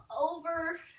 over